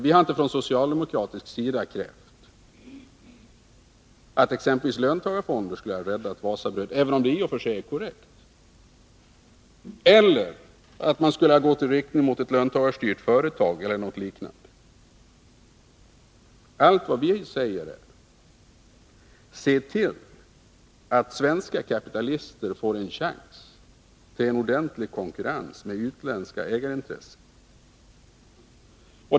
Vi har inte från socialdemokratisk sida hävdat att exempelvis löntagarfonder skulle ha räddat Wasabröd — även om det i och för sig är korrekt — eller att man skulle ha gått i riktning mot ett löntagarstyrt företag eller liknande. Allt vad vi säger är: Se till att svenska kapitalister får en chans till en ordentlig konkurrens med utländska ägarintressen.